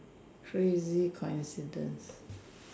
crazy coincidence